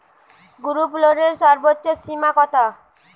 গ্রুপলোনের সর্বোচ্চ সীমা কত?